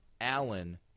Allen